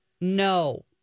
No